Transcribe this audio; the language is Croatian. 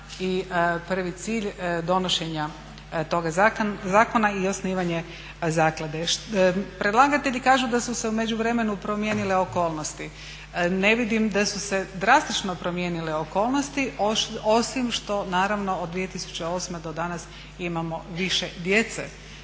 i prvi cilj donošenja toga zakona i osnivanje zaklade. Predlagatelji kažu da su se u međuvremenu promijenile okolnosti. Ne vidim da su se drastično promijenile okolnosti, osim što naravno od 2008. do danas imamo više djece